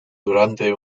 durante